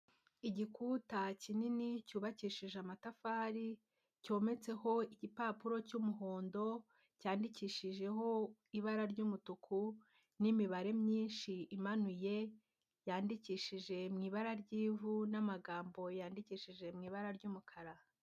Igikuta kinini cyubakishije amatafari, cyometseho igipapuro cy'umuhondo, cyandikishijeho ibara ry'umutuku n'imibare myinshi imanuye yandikishije mu ibara ry'ivu n'amagambo yandikishije mu ibara ry'umukara.